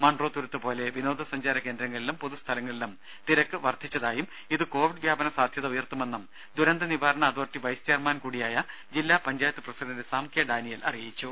മൺട്രോതുരുത്ത് പോലെ വിനോദ സഞ്ചാര കേന്ദ്രങ്ങളിലും പൊതുസ്ഥലങ്ങളിലും തിരക്ക് വർധിച്ചതായും ഇത് കോവിഡ് വ്യാപന സാധ്യത ഉയർത്തുമെന്നും ദുരന്തനിവാരണ അതോറിറ്റി വൈസ് ചെയർമാൻ കൂടിയായ ജില്ലാ panchayat president Sam K Daniel അറിയിച്ചു